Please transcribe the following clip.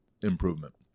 improvement